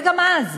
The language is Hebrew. וגם אז,